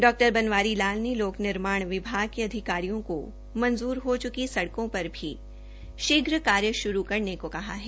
डॉ बनवारी लाल ने लोक निर्माण के अधिकारियों को मंजूर हो चुकी सड़कों पर भी शीघ्र कार्य श्रू करने को कहा है